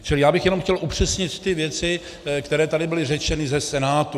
Čili já bych jenom chtěl upřesnit ty věci, které tady byly řečeny ze Senátu.